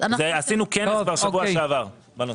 ועשינו כנס כבר בשבוע שעבר בנושא.